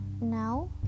Now